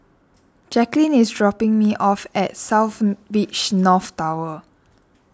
Jaclyn is dropping me off at South Beach North Tower